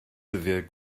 dyddiau